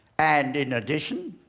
and in addition,